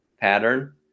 pattern